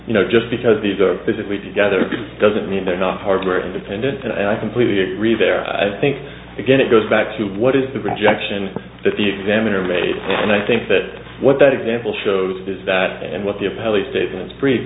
you know just because these are physically together doesn't mean they're not hardware independent and i completely agree there i think again it goes back to what is the rejection that the examiner made and i think that what that example shows is that and what the appellate statement breed